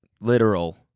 literal